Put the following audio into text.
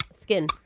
Skin